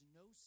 no